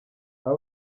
aba